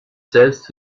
selbst